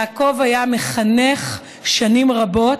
יעקב היה מחנך שנים רבות,